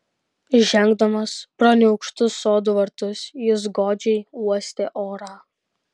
žengdamas pro neaukštus sodų vartus jis godžiai uostė orą